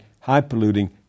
high-polluting